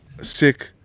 Sick